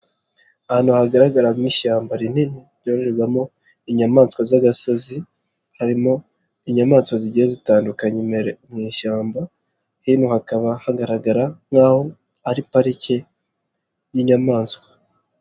Ahantu hagaragaramo ishyamba rinini ryororerwamo inyamaswa z'agasozi harimo inyamaswa zigiye zitandukanye mu ishyambahino hakaba hagaragara nk'aho ari parike y'inyamaswa.